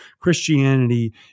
Christianity